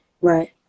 Right